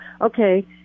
okay